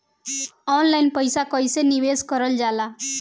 Online पईसा कईसे निवेश करल जाला?